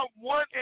one